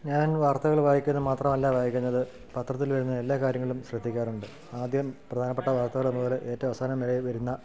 ഞാൻ വാർത്തകൾ വായിക്കുന്നതു മാത്രമല്ല വായിക്കുന്നതു പത്രത്തിൽ വരുന്ന എല്ലാ കാര്യങ്ങളും ശ്രദ്ധിക്കാറുണ്ട് ആദ്യം പ്രധാനപ്പെട്ട വാർത്തകൾ മുതൽ ഏറ്റവും അവസാനം വരെ വരുന്ന